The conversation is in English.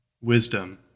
wisdom